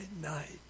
night